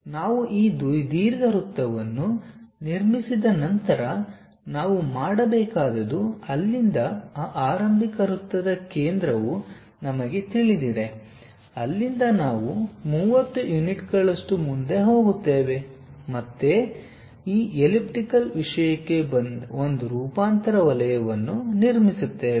ಆದ್ದರಿಂದ ನಾವು ಈ ದೀರ್ಘವೃತ್ತವನ್ನು ನಿರ್ಮಿಸಿದ ನಂತರ ನಾವು ಮಾಡಬೇಕಾದುದು ಅಲ್ಲಿಂದ ಆ ಆರಂಭಿಕ ವೃತ್ತದ ಕೇಂದ್ರವು ನಮಗೆ ತಿಳಿದಿದೆ ಅಲ್ಲಿಂದ ನಾವು 30 ಯುನಿಟ್ಗಳಷ್ಟು ಮುಂದೆ ಹೋಗುತ್ತೇವೆ ಮತ್ತೆ ಈ ಎಲಿಪ್ಟಿಕಲ್ ವಿಷಯಕ್ಕೆ ಒಂದು ರೂಪಾಂತರ ವಲಯವನ್ನು ನಿರ್ಮಿಸುತ್ತೇವೆ